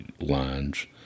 lines